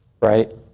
right